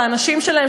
והנשים שלהם,